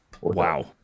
Wow